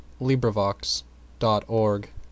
LibriVox.org